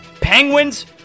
Penguins